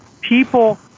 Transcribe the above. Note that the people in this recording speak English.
people